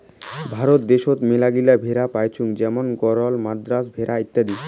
ভারত দ্যাশোত মেলাগিলা ভেড়া পাইচুঙ যেমন গরল, মাদ্রাজ ভেড়া ইত্যাদি